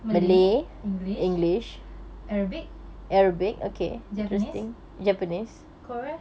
malay english arabic japanese korea